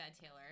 taylor